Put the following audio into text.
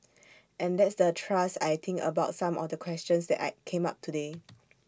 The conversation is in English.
and that's the thrust I think about some of the questions that I came up today